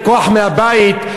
בכוח מהבית,